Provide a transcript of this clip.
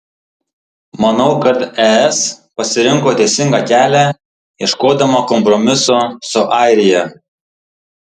manau kad es pasirinko teisingą kelią ieškodama kompromiso su airija